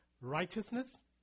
righteousness